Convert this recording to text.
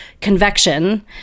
convection